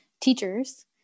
teachers